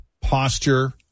posture